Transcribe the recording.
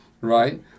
right